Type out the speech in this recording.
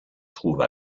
trouve